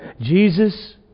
Jesus